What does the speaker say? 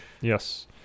Yes